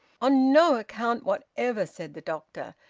on no account whatever! said the doctor,